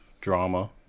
drama